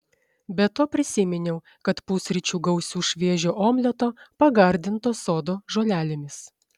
be to prisiminiau kad pusryčių gausiu šviežio omleto pagardinto sodo žolelėmis